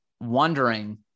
wondering